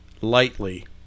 lightly